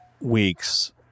weeks